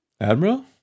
Admiral